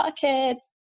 pockets